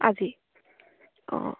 আজি অঁ